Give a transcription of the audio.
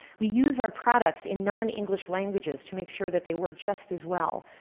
we use our products in non-english languages to make sure that they work just as well.